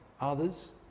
others